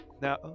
Now